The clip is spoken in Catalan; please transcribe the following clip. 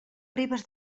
ribes